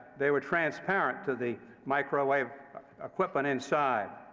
they were transparent to the microwave equipment inside,